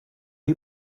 you